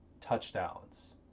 touchdowns